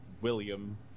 William